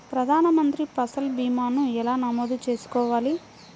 ప్రధాన మంత్రి పసల్ భీమాను ఎలా నమోదు చేసుకోవాలి?